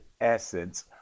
essence